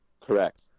Correct